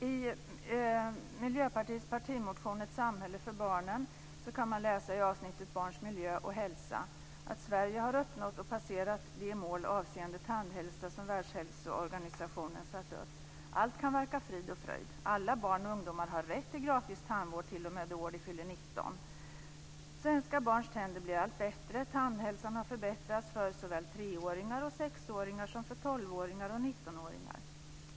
I Miljöpartiets partimotion Ett samhälle för barnen kan man läsa i avsnittet Barns miljö och hälsa att Sverige har uppnått och passerat de mål avseende tandhälsa som Världshälsoorganisationen har satt upp. Allt kan verka vara frid och fröjd. Alla barn och ungdomar har rätt till gratis tandvård t.o.m. det år som de fyller 19 år. Svenska barns tänder blir allt bättre. Tandhälsan har förbättrats för såväl 3-åringar och 6-åringar som för 12-årngar och 19-åringar.